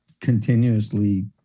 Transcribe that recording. continuously